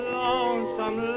lonesome